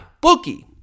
bookie